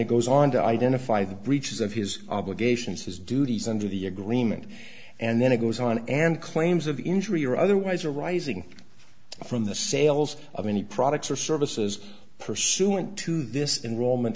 it goes on to identify the breaches of his obligations his duties under the agreement and then it goes on and claims of injury or otherwise arising from the sales of any products or services pursuant to this in ro